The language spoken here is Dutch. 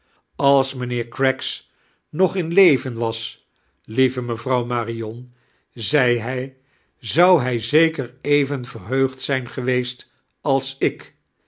als mijnheer craggs nog in leven was lieve juffrouw marion zei hij aou hij zeker even verheugd zijn geweiest als ik